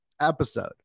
episode